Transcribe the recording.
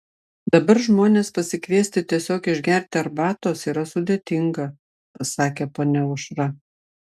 dabar žmones pasikviesti tiesiog išgerti arbatos yra sudėtinga sakė ponia aušra